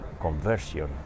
conversion